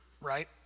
right